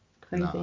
crazy